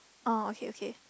oh okay okay